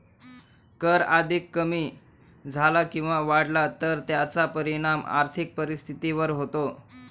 कर अधिक कमी झाला किंवा वाढला तर त्याचा परिणाम आर्थिक परिस्थितीवर होतो